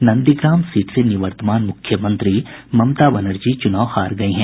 Nandigram seat से निवर्तमान मुख्यमंत्री ममता बनर्जी चुनाव हार गयी हैं